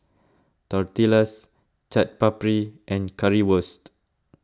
Tortillas Chaat Papri and Currywurst